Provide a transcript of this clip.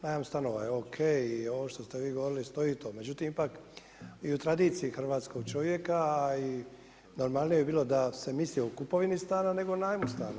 Najam stanova je o.k. i ovo što ste vi govorili stoji to, međutim ipak i u tradiciji hrvatskog čovjeka, a i normalnije bi bilo da se misli o kupovini stana nego o najmu stana.